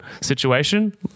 situation